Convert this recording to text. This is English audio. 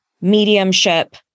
mediumship